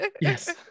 Yes